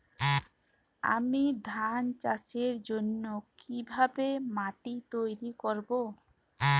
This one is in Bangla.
আমি ধান চাষের জন্য কি ভাবে মাটি তৈরী করব?